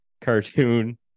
cartoon